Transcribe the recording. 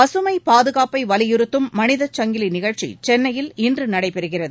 பசுமை பாதுகாப்பை வலியுறுத்தும் மனிதச் சங்கிலி நிகழ்ச்சி சென்னையில் இன்று நடைபெறுகிறது